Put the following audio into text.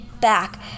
back